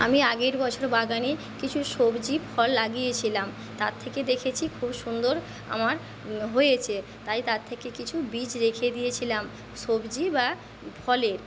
আমি আগের বছর বাগানে কিছু সবজি ফল লাগিয়েছিলাম তার থেকে দেখেছি খুব সুন্দর আমার হয়েছে তাই তার থেকে কিছু বীজ রেখে দিয়েছিলাম সবজি বা ফলের